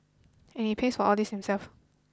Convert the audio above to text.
and he pays all this himself